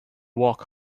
walk